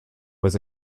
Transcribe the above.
was